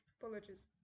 apologies